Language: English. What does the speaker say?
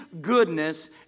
goodness